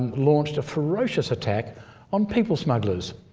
launched a ferocious attack on people smugglers,